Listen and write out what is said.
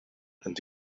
and